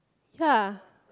yea